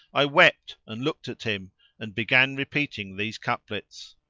i wept and looked at him and began repeating these couplets